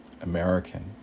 American